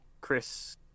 Chris